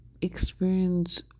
experience